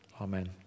Amen